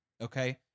okay